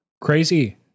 Crazy